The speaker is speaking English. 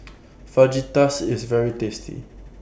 Fajitas IS very tasty